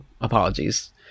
apologies